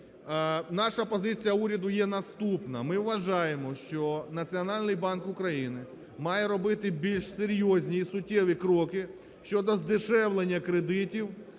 Наша позиція уряду є наступна. Ми вважаємо, що Національний банк України має робити більш серйозні і суттєві кроки щодо здешевлення кредитів